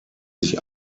sich